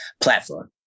platform